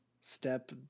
step